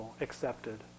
accepted